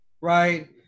right